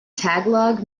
tagalog